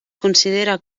considera